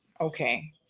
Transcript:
okay